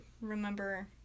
remember